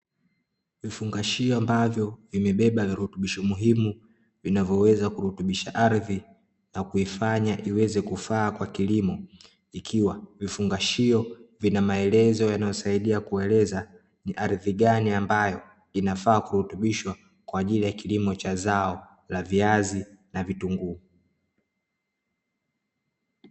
Vifungashio ambavyo vimebeba virutubisho muhimu, vinavyo weza kurutubisha ardhi, na kuifanya iweze kufaa kwa kilimo ikiwa vifungashio vinamaelezo yanayosaidia kueleza ni ardhi gani ambayo inafaa kurutubishwa kwaajili ya kilimo cha zao la viazi na vitunguu.